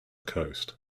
coast